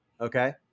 Okay